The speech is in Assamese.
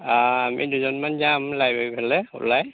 আমি দুজনমান যাম লাইব্ৰেৰী ফালে ওলাই